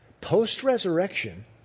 Post-resurrection